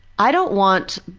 i don't want,